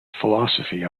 philosophy